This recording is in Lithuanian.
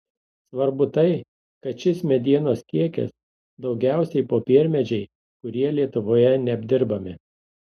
svarbu tai kad šis medienos kiekis daugiausiai popiermedžiai kurie lietuvoje neapdirbami